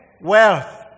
wealth